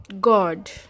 God